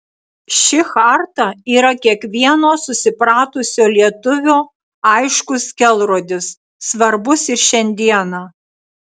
ši charta yra kiekvieno susipratusio lietuvio aiškus kelrodis svarbus ir šiandieną